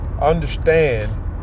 Understand